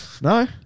No